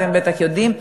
אתם בטח יודעים.